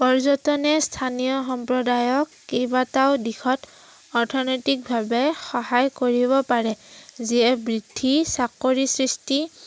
পৰ্যটনে স্থানীয় সম্প্ৰদায়ক কেইবাটাও দিশত অৰ্থনৈতিকভাৱে সহায় কৰিব পাৰে যিয়ে বৃদ্ধি চাকৰিৰ সৃষ্টি